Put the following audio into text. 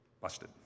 busted